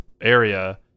area